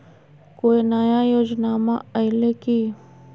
कोइ नया योजनामा आइले की?